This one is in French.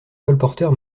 colporteur